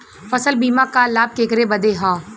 फसल बीमा क लाभ केकरे बदे ह?